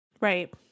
right